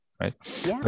right